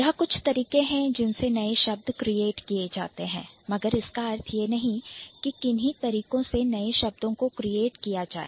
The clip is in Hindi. यह कुछ तरीके हैं जिन से नए शब्द Create क्रिएट किए जाते हैं मगर इसका अर्थ यह नहीं किन्ही तरीकों से नए शब्दों को create क्रिएट किया जाए